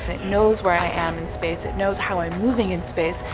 it knows where i am in space. it knows how i'm moving in space.